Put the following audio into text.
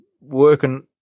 working